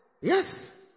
yes